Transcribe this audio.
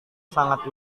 sangat